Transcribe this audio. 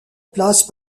place